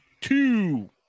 two